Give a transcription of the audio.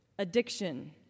Addiction